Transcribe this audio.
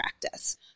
practice